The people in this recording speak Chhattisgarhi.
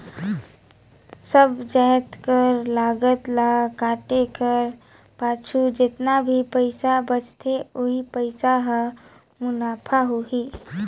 सब जाएत कर लागत ल काटे कर पाछू जेतना भी पइसा बांचथे ओही पइसा हर मुनाफा होही